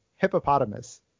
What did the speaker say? hippopotamus